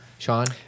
Sean